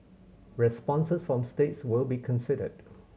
responses from states will be considered